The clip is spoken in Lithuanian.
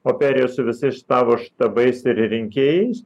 o perėjo su visais šavo štabais ir rinkėjais